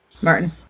Martin